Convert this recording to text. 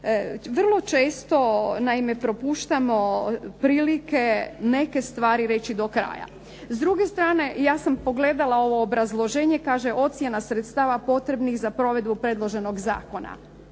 Vrlo često naime propuštamo prilike neke stvari reći do kraja. S druge strane ja sam pogledala u obrazloženje, kaže "ocjena sredstava potrebnih za provedbu predloženog zakona".